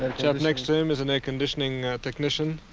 next to him is an air conditioning technician